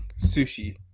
Sushi